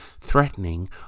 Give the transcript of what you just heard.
threatening